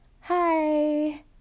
Hi